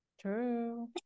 True